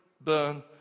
burn